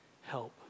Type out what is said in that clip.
help